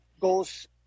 goes